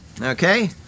okay